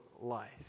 life